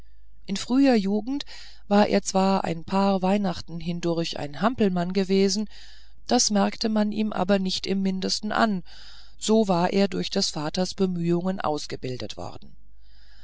in früher jugend war er zwar ein paar weihnachten hindurch ein hampelmann gewesen das merkte man ihm aber nicht im mindesten an so war er durch des vaters bemühungen ausgebildet worden